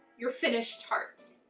your finished tart.